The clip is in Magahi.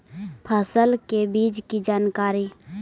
फसल के बीज की जानकारी?